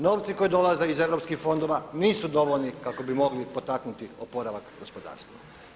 Novci koji dolaze iz europskih fondova nisu dovoljni kako bi mogli potaknuti oporavak gospodarstva.